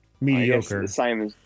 mediocre